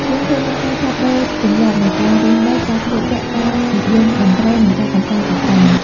យើងឃើញមានការផ្លាស់ប្ដូរទម្លាប់នៃការរស់នៅ ការស្លៀកពាក់ ការនិយមតន្ត្រី និងការកម្សាន្តជាច្រើន។